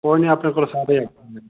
ਕੋਈ ਨਹੀਂ ਆਪਣੇ ਕੋਲ ਸਾਰੇ ਹੈਗੇ